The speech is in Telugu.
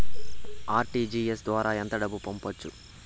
ఆర్.టీ.జి.ఎస్ ద్వారా ఎంత డబ్బు పంపొచ్చు?